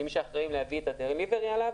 כמי שאחראים להביא את ה- delivery עליו.